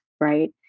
right